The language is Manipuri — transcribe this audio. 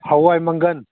ꯍꯥꯋꯥꯏ ꯃꯪꯒꯟ